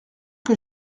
que